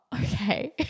Okay